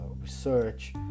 research